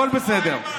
הכול בסדר.